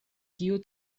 kiu